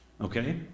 Okay